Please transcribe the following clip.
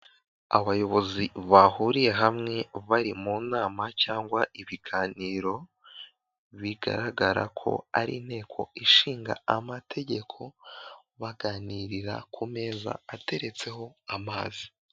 Abayobozi bahuriye hamwe bari mu nama cyangwa ibiganiro bigaragara ko ari inteko ishinga amategeko baganirira ku meza ateretseho amazi.